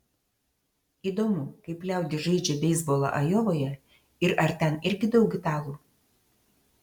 įdomu kaip liaudis žaidžia beisbolą ajovoje ir ar ten irgi daug italų